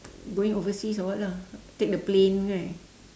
going overseas or what lah take the plane right